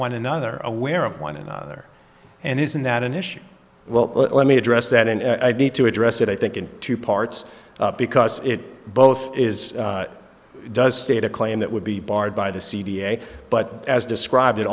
one another aware of one another and isn't that an issue well let me address that and i need to address it i think in two parts because it both is does state a claim that would be barred by the c v a but as described it